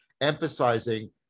emphasizing